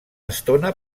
estona